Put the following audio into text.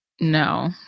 No